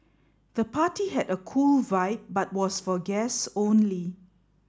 the party had a cool vibe but was for guests only